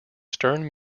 stern